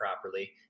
properly